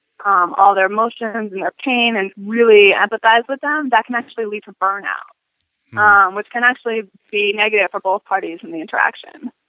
um all their emotions and their pain and really empathize with them that can actually lead to burn out which can actually be negative for both parties in the interaction.